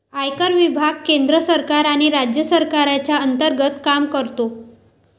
आयकर विभाग केंद्र सरकार आणि राज्य सरकारच्या अंतर्गत काम करतो